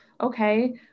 okay